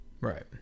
Right